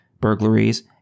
burglaries